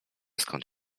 skąd